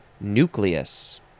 nucleus